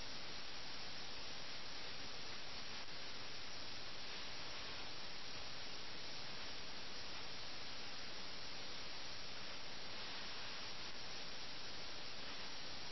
ഒരു സ്വതന്ത്ര രാജ്യത്തിലെ രാജാവും രക്തച്ചൊരിച്ചിലില്ലാതെ ഇത്ര നിശബ്ദമായി പരാജയപ്പെടുമായിരുന്നില്ല